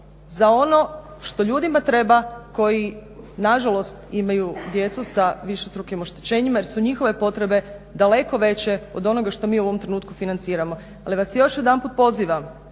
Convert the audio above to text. za ono što ljudima treba koji nažalost imaju djecu sa višestrukim oštećenjima jer su njihove potrebe daleko veće od onoga što mi u ovom trenutku financiramo. Ali vas još jedanput pozivam,